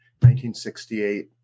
1968